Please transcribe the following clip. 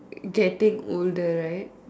getting older right